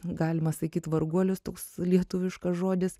galima sakyt varguolius toks lietuviškas žodis